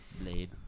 Blade